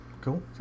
Cool